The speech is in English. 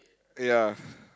ya